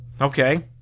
Okay